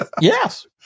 Yes